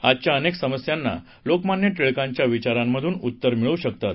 आजच्या अनेक समस्यांना लोकमान्य टिळकांच्या विचारांमध्न उत्तरं मिळू शकतात